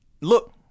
look